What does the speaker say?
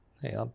hey